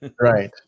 right